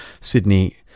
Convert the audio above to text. Sydney